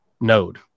node